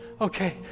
Okay